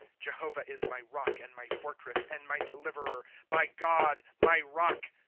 jehovah is my rock, and my fortress, and my deliverer, my god, my rock,